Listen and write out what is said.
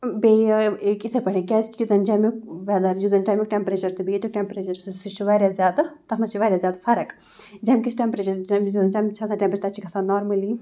بیٚیہِ ییٚکیٛاہ یِتھٕے پٲٹھۍ کیٛازِکہِ یُس زَن جیٚمیُک وٮ۪دَر یُس زَن جیٚمیُک ٹٮ۪مپریچَر تہٕ بیٚیہِ ییٚتیُک ٹٮ۪مپریچَر چھُ سُہ چھُ واریاہ زیادٕ تَتھ منٛز چھِ واریاہ زیادٕ فرق جیٚمکِس ٹٮ۪مپریچَر جیٚمہِ یُس زَن ٹٮ۪مریچَر چھِ آسان ٹٮ۪مریچَر تَتہِ چھِ گژھان نارمٔلی